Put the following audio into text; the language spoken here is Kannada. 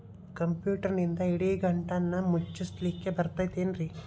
ಕಂಪ್ಯೂಟರ್ನಿಂದ್ ಇಡಿಗಂಟನ್ನ ಮುಚ್ಚಸ್ಲಿಕ್ಕೆ ಬರತೈತೇನ್ರೇ?